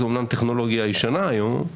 זה אמנם טכנולוגיה ישנה היום,